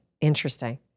Interesting